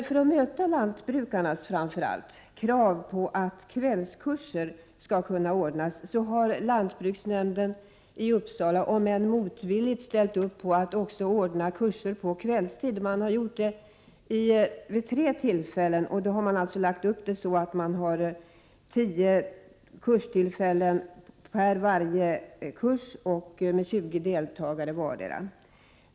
För att möta framför allt lantbrukarnas krav har lantbruksnämnden i Uppsala, om än motvilligt, ställt upp på att också ordna kurser på kvällstid. Detta har skett vid tre tillfällen. Då har man lagt upp det så att varje kurs består av 10 kurstillfällen och man har 20 deltagare i varje kurs.